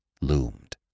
loomed